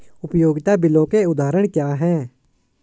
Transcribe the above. उपयोगिता बिलों के उदाहरण क्या हैं?